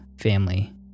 family